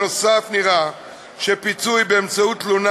נוסף על כך נראה שפיצוי באמצעות תלונה